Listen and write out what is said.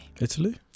Italy